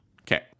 Okay